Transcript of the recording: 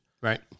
Right